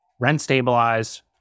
rent-stabilized